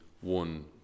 one